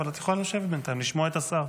אבל את יכולה לשבת בינתיים לשמוע את השר.